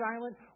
silent